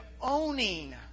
owning